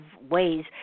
ways